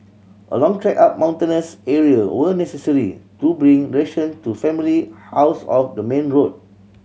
a long trek up mountainous area were necessary to bring ration to family housed off the main road